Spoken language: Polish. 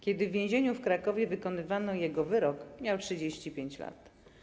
Kiedy w więzieniu w Krakowie wykonywano wyrok, miał 35 lat.